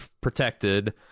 protected